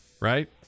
right